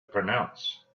pronounce